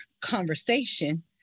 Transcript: conversation